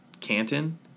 Canton